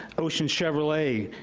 ocean chevrolet,